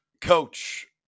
coach